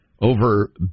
over